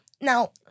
Now